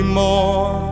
more